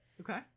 Okay